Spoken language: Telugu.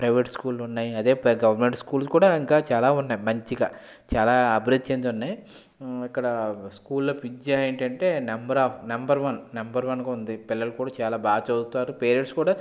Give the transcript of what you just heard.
ప్రైవేట్ స్కూల్ ఉన్నాయి అదే గవర్నమెంట్ స్కూల్స్ కూడా ఇంకా చాలా ఉన్నాయి మంచిగా చాలా అభివృద్ధి చెంది ఉన్నాయి ఇక్కడ స్కూల్లో విద్యా ఏంటంటే number of number one number వన్గా ఉంది పిల్లలు కూడా చాలా బాగా చదువుతారు పేరెంట్స్ కూడా